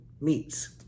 meets